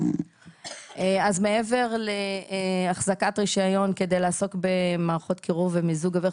אז מעבר להחזקת רישיון כדי לעסוק במערכות קירור ומיזוג אוויר,